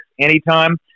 anytime